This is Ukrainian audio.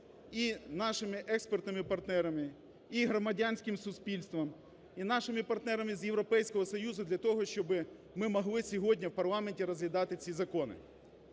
і нашими експертними партнерами, і громадянським суспільством, і нашими партнерами з Європейського Союзу для того, щоби ми могли сьогодні в парламенті розглядати ці закони,